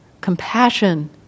compassion